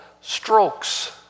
strokes